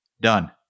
Done